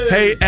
Hey